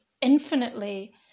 infinitely